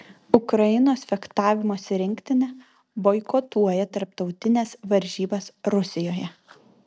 ukrainos fechtavimosi rinktinė boikotuoja tarptautines varžybas rusijoje